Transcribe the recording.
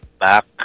back